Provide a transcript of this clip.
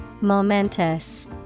Momentous